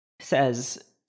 says